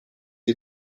die